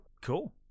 cool